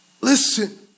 Listen